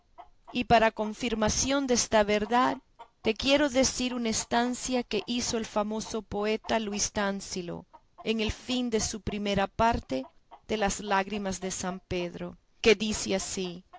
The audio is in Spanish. y para confirmación desta verdad te quiero decir una estancia que hizo el famoso poeta luis tansilo en el fin de su primera parte de las lágrimas de san pedro que dice así